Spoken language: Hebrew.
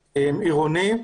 עירוני.